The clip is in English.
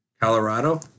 Colorado